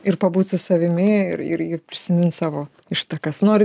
ir pabūt su savimi ir ir ir prisimint savo ištakas noriu